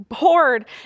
bored